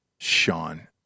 Sean